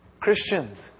Christians